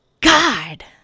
God